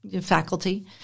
faculty